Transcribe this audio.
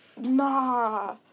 nah